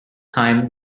time